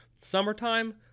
summertime